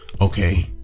okay